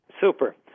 Super